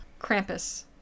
Krampus